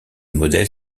modèles